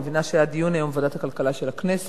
אני מבינה שהיה דיון היום בוועדת הכלכלה של הכנסת.